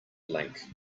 link